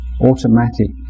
automatic